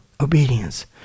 Obedience